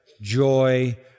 joy